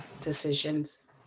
decisions